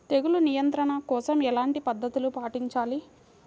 తెగులు నియంత్రణ కోసం ఎలాంటి పద్ధతులు పాటించాలి?